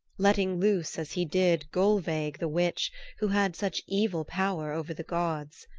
letting loose as he did gulveig the witch who had such evil power over the gods.